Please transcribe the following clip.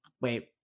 Wait